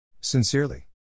Sincerely